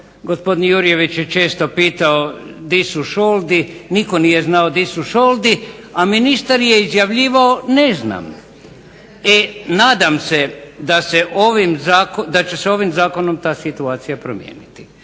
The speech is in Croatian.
gospodin Jurjević je često pitao di su šoldi? Nitko nije znao di su šoldi, a ministar je izjavljivao ne znam. E nadam se da će se ovim zakonom ta situacija promijeniti.